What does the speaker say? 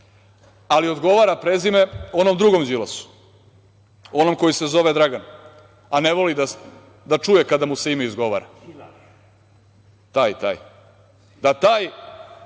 ali odgovara prezime onom drugom Đilasu, onom koji se zove Dragan, a ne voli da čuje kada mu se ime izgovara. Dok vi optužujete